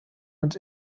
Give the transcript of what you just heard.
und